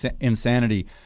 insanity